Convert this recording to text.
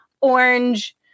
orange